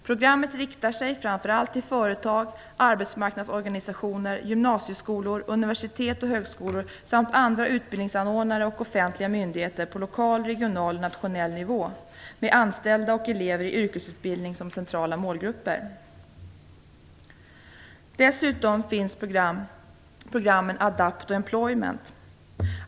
Programmet riktar sig framför allt till företag, arbetsmarknadsorganisationer, gymnasieskolor, universitet och högskolor samt andra utbildningsanordnare och offentliga myndigheter på lokal, regional och nationell nivå, med anställda och elever i yrkesutbildning som centrala målgrupper. Dessutom finns programmen Adapt och Employment.